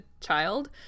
child